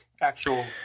actual